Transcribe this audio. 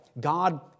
God